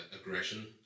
aggression